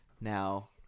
now